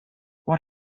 what